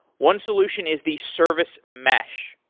one solution is the service mesh,